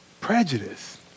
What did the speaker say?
Prejudice